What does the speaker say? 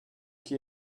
qui